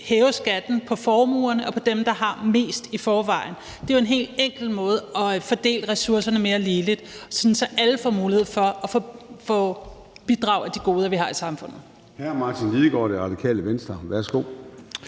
hæve skatten på formuerne og for dem, der har mest i forvejen. Det er jo en helt enkel måde at fordele ressourcerne mere ligeligt på, sådan at alle får mulighed for at få bidrag i forhold til de goder, vi har i samfundet.